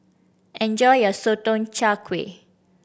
enjoy your Sotong Char Kway